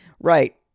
Right